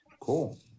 cool